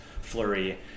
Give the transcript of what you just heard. flurry